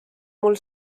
mul